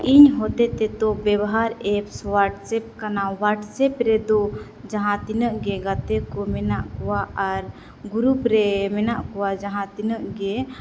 ᱤᱧ ᱦᱚᱛᱮᱛᱮ ᱛᱚ ᱵᱮᱵᱚᱦᱟᱨ ᱮᱯᱥ ᱦᱚᱣᱟᱴᱥᱮᱯ ᱠᱟᱱᱟ ᱦᱚᱣᱟᱴᱥᱮᱯ ᱨᱮ ᱨᱮᱫᱚ ᱡᱟᱦᱟᱸ ᱛᱤᱱᱟᱹᱜ ᱜᱮ ᱜᱟᱛᱮ ᱠᱚ ᱢᱮᱱᱟᱜ ᱠᱚᱣᱟ ᱟᱨ ᱜᱩᱨᱩᱯ ᱨᱮ ᱢᱮᱱᱟᱜ ᱠᱚᱣᱟ ᱡᱟᱦᱟᱸ ᱛᱤᱱᱟᱹᱜ ᱜᱮ